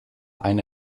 eine